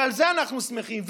ועל זה אנחנו שמחים,